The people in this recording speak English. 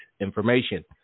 information